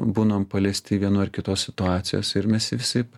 būnam paliesti vienų ar kitos situacijos ir mes visaip